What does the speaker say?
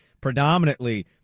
predominantly